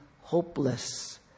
hopeless